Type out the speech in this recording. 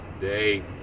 today